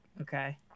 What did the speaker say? Okay